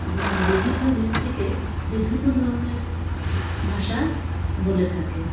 না বিভিন্ন ডিস্ট্রিক্টে বিভিন্ন ধরণের ভাষা বলে থাকে